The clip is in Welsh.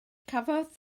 cafodd